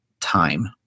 time